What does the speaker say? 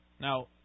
Now